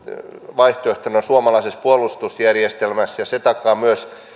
vaihtoehtona suomalaisessa puolustusjärjestelmässä ja se takaa myös